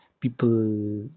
people